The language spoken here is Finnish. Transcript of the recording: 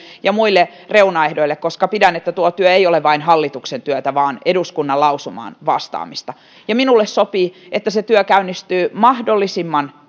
ja muille reunaehdoille koska pidän että tuo työ ei ole vain hallituksen työtä vaan eduskunnan lausumaan vastaamista ja minulle sopii että se työ käynnistyy mahdollisimman